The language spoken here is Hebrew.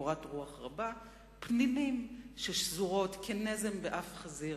קורת רוח רבה, פנינים ששזורות כנזם באף חזיר.